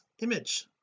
image